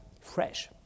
fresh